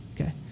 Okay